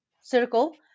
circle